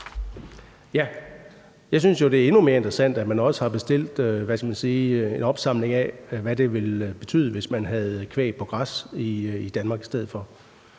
Jeg synes jo, det er endnu mere interessant, at man også har bestilt en opsamling på, hvad det ville betyde, hvis man havde kvæg på græs i Danmark i stedet for.